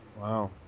Wow